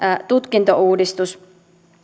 tutkintouudistus